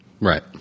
Right